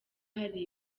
hari